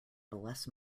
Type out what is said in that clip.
bless